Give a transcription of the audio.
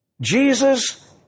Jesus